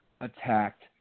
attacked